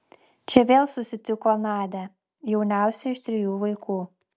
čia vėl susitiko nadią jauniausią iš trijų vaikų